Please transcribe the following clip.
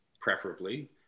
preferably